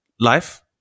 life